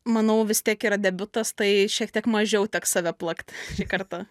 manau vis tiek yra debiutas tai šiek tiek mažiau teks save plakt šį kartą